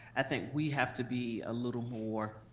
i think we have to be a little more,